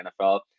NFL